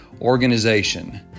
organization